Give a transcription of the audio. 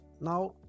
now